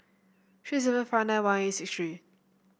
three seven five nine one eight six three